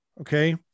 Okay